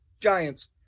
Giants